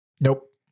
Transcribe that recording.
nope